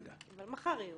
אבל מחר יהיו.